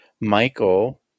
Michael